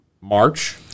March